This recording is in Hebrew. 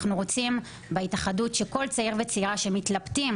אנחנו רוצים בהתאחדות שכל צעיר וצעירה שמתלבטים